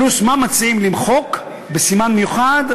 פלוס מה מציעים למחוק בסימן מיוחד,